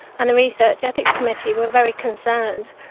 and the research ethics committee were very concerned.